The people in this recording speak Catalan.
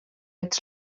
ets